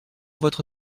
votre